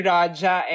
Raja